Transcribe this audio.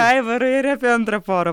aivarai ir apie antrą porą